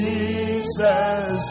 Jesus